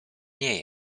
nie